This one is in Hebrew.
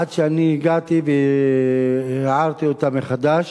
עד שהגעתי והערתי אותה מחדש.